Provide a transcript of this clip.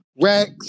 Rex